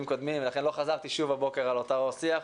קודמים ולכן לא חזרתי שוב הבוקר על אותו שיח,